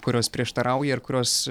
kurios prieštarauja ir kurios